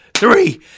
Three